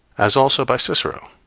as also by cicero,